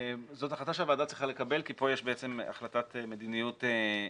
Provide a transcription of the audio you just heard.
זאת החלטה שהוועדה צריכה לקבל כי פה יש החלטת מדיניות משמעותית.